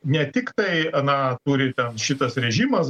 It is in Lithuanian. ne tiktai na turi ten šitas režimas